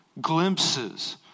Glimpses